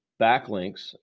backlinks